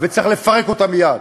וצריך לפרק אותה מייד.